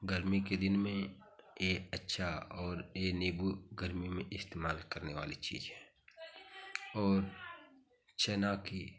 गर्मी के दिन में ए अच्छा और ए नीम्बू गर्मी में इस्तेमाल करने वाली चीज है और चना की